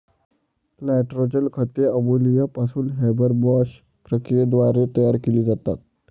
nitrogen खते ammonia पासून Haber Bosch प्रक्रियेद्वारे तयार केली जातात